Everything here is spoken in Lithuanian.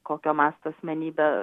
kokio masto asmenybė